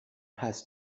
has